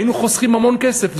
היינו חוסכים המון כסף.